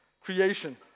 creation